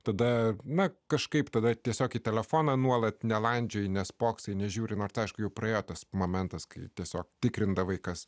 tada mes kažkaip tada tiesiog į telefoną nuolat nelandžioju nespoksai nežiūri nors aišku jau praėjo tas momentas kai tiesiog tikrinta vaikas